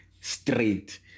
straight